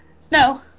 Snow